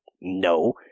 no